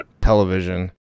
television